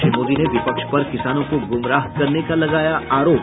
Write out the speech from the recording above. श्री मोदी ने विपक्ष पर किसानों को गुमराह करने का लगाया आरोप